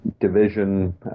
division